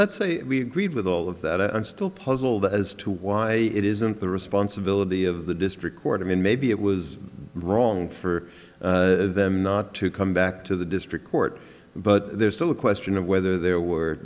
let's say we agreed with all of that and still puzzled as to why it isn't the responsibility of the district court and maybe it was wrong for them not to come back to the district court but there's still a question of whether there were